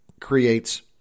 creates